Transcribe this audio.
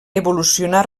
evolucionà